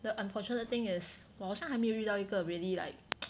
the unfortunate thing is 我好像还没有遇到一个 really like